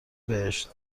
بهشت